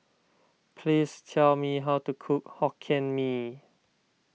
please tell me how to cook Hokkien Mee